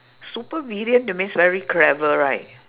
supervillain that means very clever right